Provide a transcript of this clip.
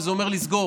וזה אומר לסגור,